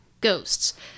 Ghosts